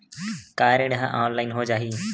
का ऋण ह ऑनलाइन हो जाही?